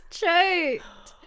choked